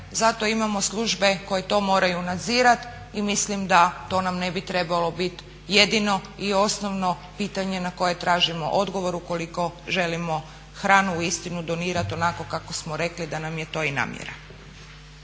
zato imamo službe koje to moraju nadzirati i mislim da to nam ne bi trebalo biti jedino i osnovno pitanje na koje tražimo odgovor ukoliko želimo hranu uistinu donirati onako kako smo rekli da nam je to i namjera.